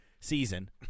season